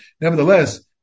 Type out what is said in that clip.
nevertheless